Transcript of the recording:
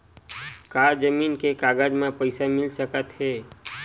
का जमीन के कागज म पईसा मिल सकत हे?